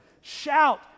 Shout